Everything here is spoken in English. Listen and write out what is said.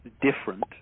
different